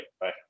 Bye